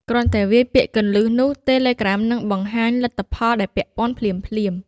គ្រាន់តែវាយពាក្យគន្លឹះ នោះ Telegram នឹងបង្ហាញលទ្ធផលដែលពាក់ព័ន្ធភ្លាមៗ។